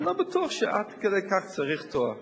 אני לא בטוח שעד כדי כך צריך תואר,